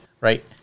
right